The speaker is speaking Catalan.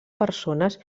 persones